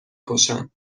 کشم